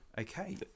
Okay